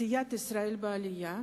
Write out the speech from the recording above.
סיעת ישראל בעלייה